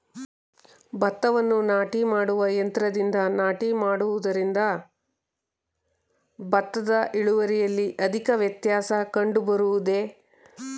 ಭತ್ತವನ್ನು ನಾಟಿ ಮಾಡುವ ಯಂತ್ರದಿಂದ ನಾಟಿ ಮಾಡುವುದರಿಂದ ಭತ್ತದ ಇಳುವರಿಯಲ್ಲಿ ಅಧಿಕ ವ್ಯತ್ಯಾಸ ಕಂಡುಬರುವುದೇ?